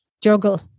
juggle